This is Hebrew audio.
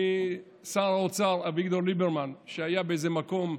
משר האוצר אביגדור ליברמן, שהיה אתמול באיזה מקום,